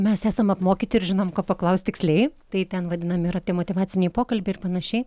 mes esam apmokyti ir žinom ko paklaust tiksliai tai ten vadinami yra tie motyvaciniai pokalbiai ir panašiai